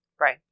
Right